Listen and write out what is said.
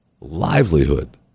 livelihood